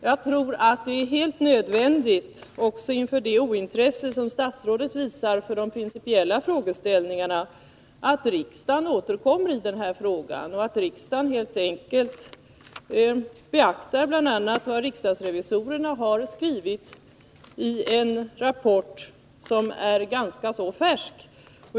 Jag tror att det är helt nödvändigt — också inför det ointresse som statsrådet visar för de principiella frågeställningarna — att riksdagen återkommer i den här frågan, och att riksdagen helt enkelt beaktar bl.a. vad riksrevisorerna har skrivit i en rapport som är ganska färsk.